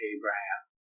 Abraham